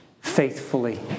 faithfully